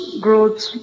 growth